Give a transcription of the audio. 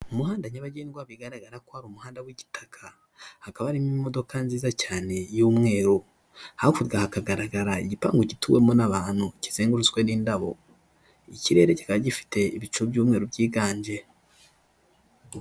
Umuhanda nyabagendwa bigaragara ko hari umuhanda w'igitaka, hakaba harimo imodoka nziza cyane y'umweru, hakurya hakagaragara igipangu gituwemo n'abantu kizengurutswe n'indabo, ikirere kiba gifite ibicu by'umweru byiganje.